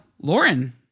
Lauren